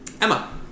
Emma